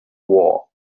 war